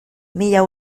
mila